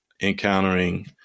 encountering